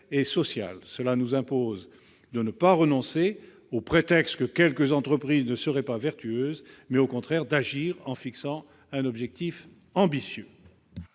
et sociales ». Cela nous impose de ne pas renoncer au prétexte que quelques entreprises ne seraient pas vertueuses. Il faut au contraire agir en fixant un objectif ambitieux.